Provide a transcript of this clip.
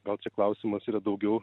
gal čia klausimas yra daugiau